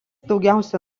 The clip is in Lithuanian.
daugiausia